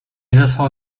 zesłał